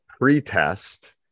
pre-test